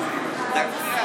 אדוני היושב-ראש,